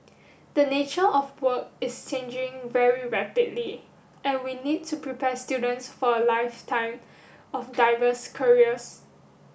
the nature of work is changing very rapidly and we need to prepare students for a lifetime of diverse careers